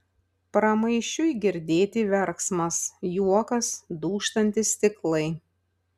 pramaišiui girdėti verksmas juokas dūžtantys stiklai